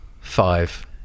five